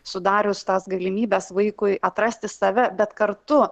sudarius tas galimybes vaikui atrasti save bet kartu